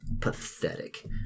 Pathetic